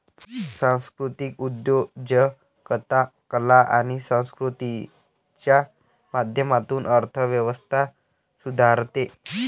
सांस्कृतिक उद्योजकता कला आणि संस्कृतीच्या माध्यमातून अर्थ व्यवस्था सुधारते